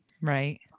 Right